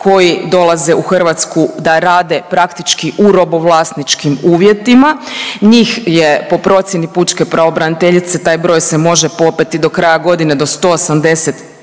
koji dolaze u Hrvatsku da rade praktički u robovlasničkim uvjetima. Njih je po procjeni pučke pravobraniteljice taj broj se može popeti do kraja godine do 180